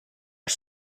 are